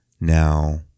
Now